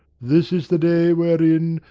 this is the day, wherein,